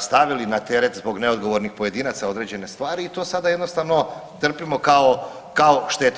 stavili na teret zbog neodgovornih pojedinaca određene stari i to sada jednostavno trpimo kao, kao štetu.